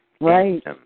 Right